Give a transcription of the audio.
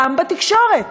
גם בתקשורת.